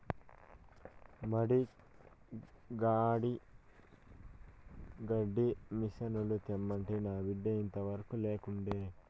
మడి కాడి గడ్డి మిసనుల తెమ్మంటే నా బిడ్డ ఇంతవరకూ లేకుండే